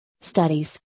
Studies